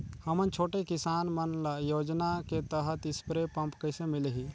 हमन छोटे किसान मन ल योजना के तहत स्प्रे पम्प कइसे मिलही?